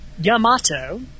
Yamato